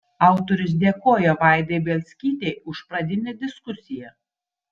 autorius dėkoja vaidai bielskytei už pradinę diskusiją